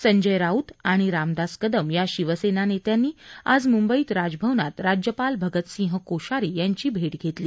संजय राऊत आणि रामदास कदम या शिवसेना नेत्यांनी आज मुंबईत राजभवनात राज्यपाल भगतसिंह कोश्यारी यांची आज भेट घेतली